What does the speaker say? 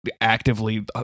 actively